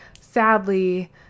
sadly